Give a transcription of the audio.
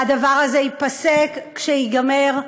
והדבר הזה ייפסק כשייגמר,